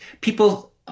people